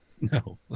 No